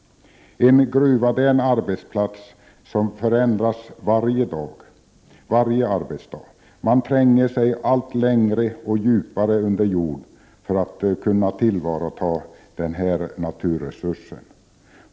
En gruva är en arbetsplats som förändras varje arbetsdag. Arbetarna tränger sig allt längre in och djupare under jord, för att kunna tillvarata den aktuella naturresursen.